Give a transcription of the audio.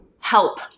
help